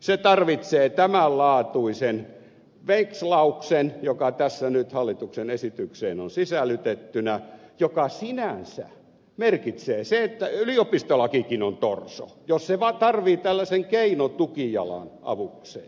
se tarvitsee tämänlaatuisen vekslauksen joka tässä nyt hallituksen esitykseen on sisällytettynä joka sinänsä merkitsee sitä että yliopistolakikin on torso jos se tarvitsee tällaisen keinotukijalan avukseen